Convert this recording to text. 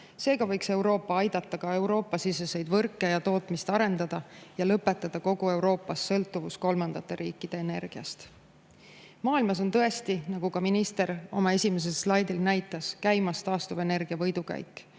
Seega võiks Euroopa aidata ka Euroopa-siseseid võrke ja tootmist arendada ning lõpetada tuleks kogu Euroopas sõltuvus kolmandate riikide energiast. Maailmas on tõesti, nagu ka minister oma esimesel slaidil näitas, käimas taastuvenergia võidukäik